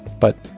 but